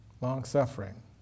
long-suffering